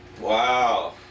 Wow